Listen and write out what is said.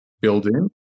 building